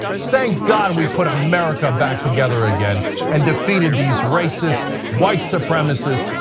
thank god we put america back together again and defeated these races, white supremacists,